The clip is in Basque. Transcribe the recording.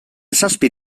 zazpi